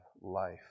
life